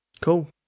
Cool